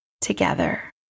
together